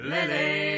Lily